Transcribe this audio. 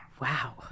wow